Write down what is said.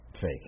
Fake